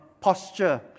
posture